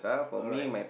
alright